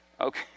Okay